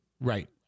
Right